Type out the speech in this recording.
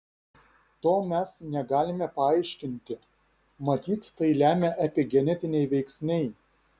to mes negalime paaiškinti matyt tai lemia epigenetiniai veiksniai